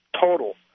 total